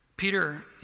Peter